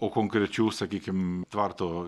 o konkrečių sakykim tvarto